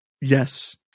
Yes